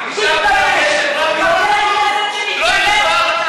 במסגרת כוחנות.